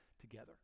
together